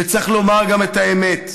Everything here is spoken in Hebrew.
וצריך לומר גם את האמת: